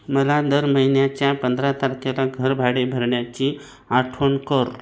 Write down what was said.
मला दर महिन्याच्या पंधरा तारखेला घरभाडे भरण्याची आठवण कर